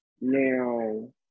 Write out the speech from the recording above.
Now